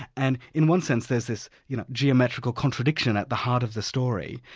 and in one sense there's this you know geometrical contradiction at the heart of the story,